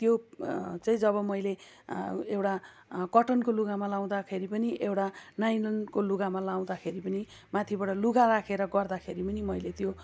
त्यो चाहिँ जब मैले एउटा कटनको लुगामा लाउँदाखेरि पनि एउटा नाइलनको लुगामा लाउँदाखेरि पनि माथिबाट लुगा राखेर गर्दाखेरि पनि मैले त्यो